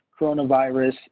coronavirus